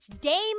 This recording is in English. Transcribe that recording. Dame